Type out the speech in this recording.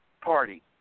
party